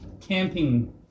camping